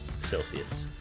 Celsius